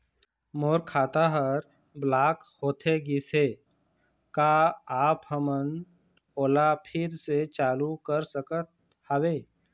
मोर खाता हर ब्लॉक होथे गिस हे, का आप हमन ओला फिर से चालू कर सकत हावे?